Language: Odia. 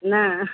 ନା